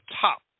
top